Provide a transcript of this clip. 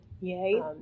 Yay